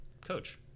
coach